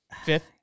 Fifth